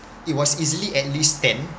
it was easily at least ten